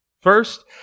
First